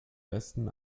westen